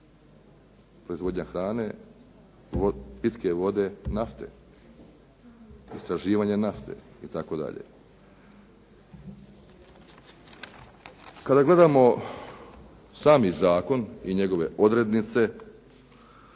Proizvodnja hrane, pitke vode, nafte. Istraživanja nafte i tako dalje. Kada gledamo sami zakon i njegove odrednice